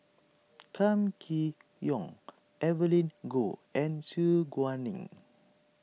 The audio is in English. Kam Kee Yong Evelyn Goh and Su Guaning